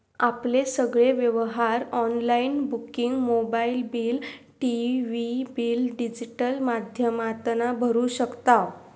आपले सगळे व्यवहार online booking mobile bill, TV bill digital माध्यमातना भरू शकताव